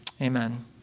Amen